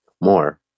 more